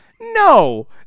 No